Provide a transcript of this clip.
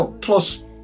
plus